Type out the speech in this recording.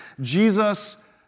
Jesus